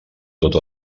tots